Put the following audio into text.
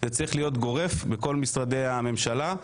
זה צריך להיות גורף בכל משרדי הממשלה.